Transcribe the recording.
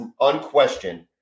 unquestioned